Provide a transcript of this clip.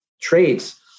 traits